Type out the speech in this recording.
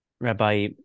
Rabbi